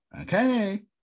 okay